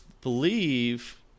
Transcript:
believe